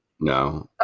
No